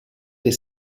del